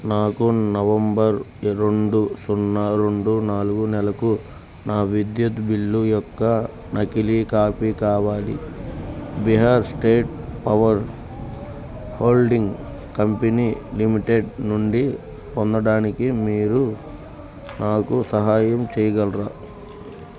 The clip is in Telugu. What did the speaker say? నాకు నవంబర్ రెండు సున్నా రెండు నాలుగు నెలకు నా విద్యుత్ బిల్లు యొక్క నకిలీ కాపీ కావాలి Bihar state power holding company limited నుండి పొందడానికి మీరు నాకు సహాయం చేయగలరా